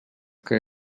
que